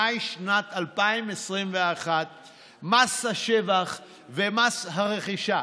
במאי שנת 2021 מס השבח ומס הרכישה,